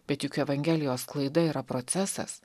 bet juk evangelijos sklaida yra procesas